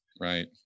right